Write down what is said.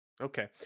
okay